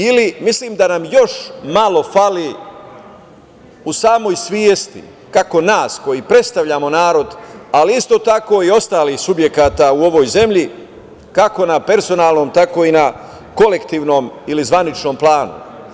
Ili, mislim da nam još malo fali u samoj svesti, kako nas koji predstavljamo narod, ali isto tako i ostalih subjekata u ovoj zemlji, kako na personalnom, tako i na kolektivnom ili zvaničnom planu.